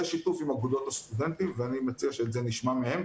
בשיתוף עם אגודות הסטודנטים ואני מציע שאת זה נשמע מהם,